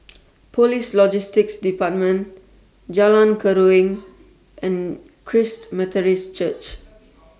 Police Logistics department Jalan Keruing and Christ Methodist Church